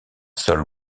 sol